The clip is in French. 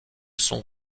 son